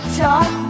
talk